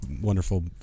wonderful